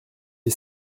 est